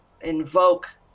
invoke